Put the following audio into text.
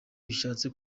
bishatse